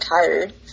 tired